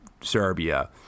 Serbia